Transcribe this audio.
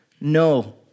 No